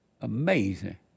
Amazing